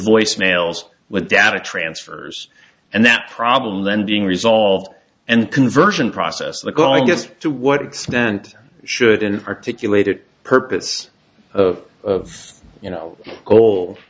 voice mails with data transfers and that problem then being resolved and conversion process of the go i guess to what extent should and articulated purpose of you know